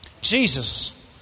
Jesus